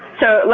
so,